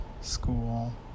school